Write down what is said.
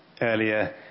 Earlier